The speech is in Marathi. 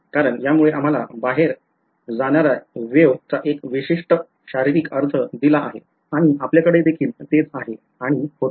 कारण यामुळे आम्हाला बाहेर जाणार्या wave चा एक विशिष्ट शारीरिक अर्थ दिला आहे जेणेकरून आपल्याकडे तेच होते